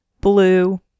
Blue